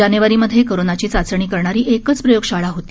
जानेवारीमध्ये कोरोनाची चाचणी करणारी एकच प्रयोगशाळा होती